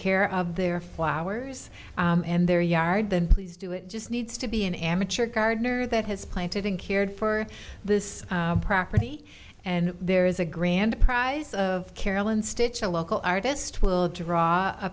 care of their flowers and their yard then please do it just needs to be an amateur gardener that has planted and cared for this property and there is a grand prize of carolyn stitch a local artist will draw a